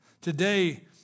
Today